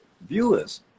viewers